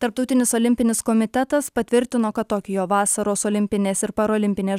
tarptautinis olimpinis komitetas patvirtino kad tokijo vasaros olimpinės ir parolimpinės